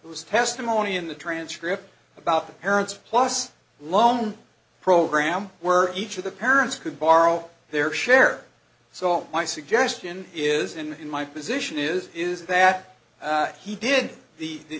was testimony in the transcript about the parents plus loan program were each of the parents could borrow their share so my suggestion is in in my position is is that he did the